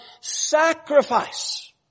sacrifice